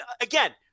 again